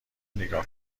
نیگا